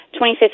2015